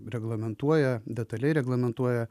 reglamentuoja detaliai reglamentuoja